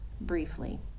briefly